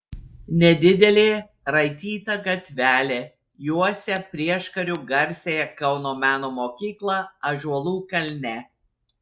nedidelė raityta gatvelė juosia prieškariu garsiąją kauno meno mokyklą ąžuolų kalne